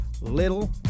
little